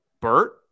Bert